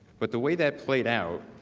but the way that played out,